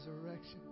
Resurrection